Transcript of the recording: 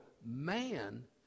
man